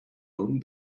own